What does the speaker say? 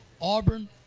Auburn